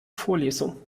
vorlesung